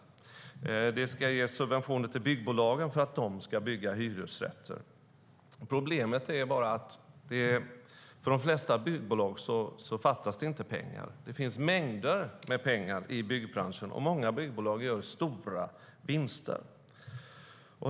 Det ska ges subventioner till byggbolagen för att de ska bygga hyresrätter. Problemet är bara att det för de flesta byggbolag inte fattas pengar. Det finns mängder med pengar i byggbranschen, och många byggbolag gör stora vinster.